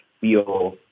feel